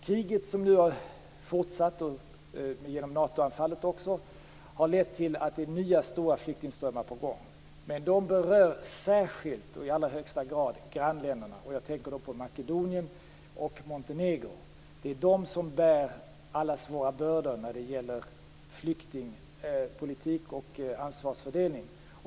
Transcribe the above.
Kriget, som nu fortsätter genom också Natoanfallet, har lett till att det är nya stora flyktingströmmar på gång. De berör särskilt och i allra högsta grad grannländerna. Jag tänker på Montenegro och Makedonien. Det är de som bär allas våra bördor när det gäller flyktingpolitik och ansvarsfördelning.